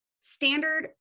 standard